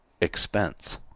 expense